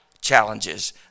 challenges